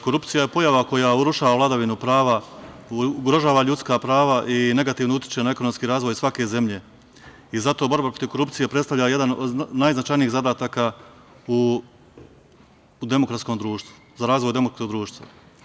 Korupcija je pojava koja urušava vladavinu prava, ugrožava ljudska prava i negativno utiče na ekonomski razvoj svake zemlje i zato borba protiv korupcije predstavlja jedan od najznačajnijih zadataka u demokratskom društvu, za razvoj demokratskog društva.